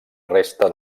resta